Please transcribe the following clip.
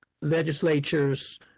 legislature's